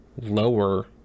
lower